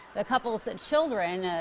couple's and children,